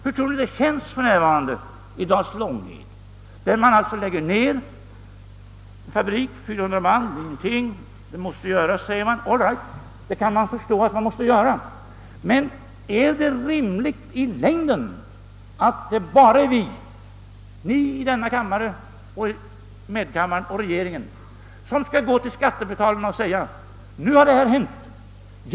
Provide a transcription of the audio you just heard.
Hur tror ni det känns för närvarande i Dals Långed, där en fabrik som sysselsatt 400 man läggs ned? Det är ingenting — det måste göras, säger man. — Vi kan förstå att det måste göras. Men är det i längden rimligt att endast vi — vi i denna kammare, ledamöterna av medkammaren och regeringen — skall gå till skattebetalarna och säga: Nu har detta hänt.